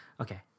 Okay